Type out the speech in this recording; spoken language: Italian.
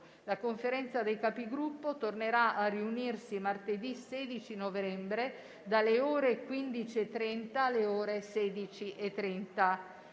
La Conferenza dei Capigruppo tornerà a riunirsi martedì 16 novembre, dalle ore 15,30 alle ore 16,30.